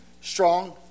strong